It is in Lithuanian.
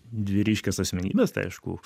dvi ryškias asmenybes tai aišku